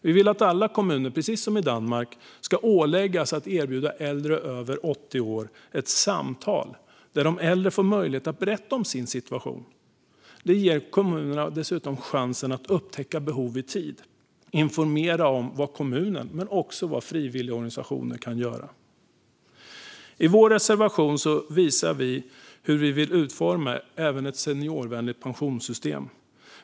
Vi vill att alla kommuner, precis som i Danmark, ska åläggas att erbjuda äldre över 80 år ett samtal där de äldre får möjlighet att berätta om sin situation. Det ger dessutom kommunerna chansen att upptäcka behov i tid och informera om vad kommunen men också frivilligorganisationer kan göra. I vår reservation visar vi hur vi vill utforma ett seniorvänligt pensionssystem.